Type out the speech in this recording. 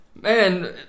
Man